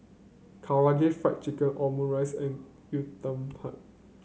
Karaage Fried Chicken Omurice and Uthapam